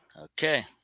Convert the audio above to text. Okay